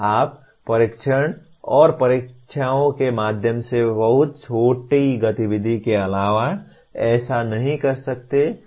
आप परीक्षण और परीक्षाओं के माध्यम से बहुत छोटी गतिविधि के अलावा ऐसा नहीं कर सकते